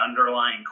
underlying